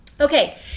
Okay